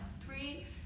three